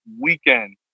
weekend